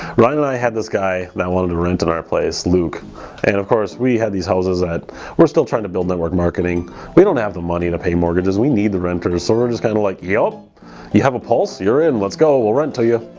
and i had this guy i wanted to rent in our place luke and of course we had these houses that we're still trying to build network marketing we don't have the money to pay mortgages we need the renter disorders kind of like yep you have a pulse you're in! let's go we'll rent to you.